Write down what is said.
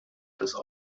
das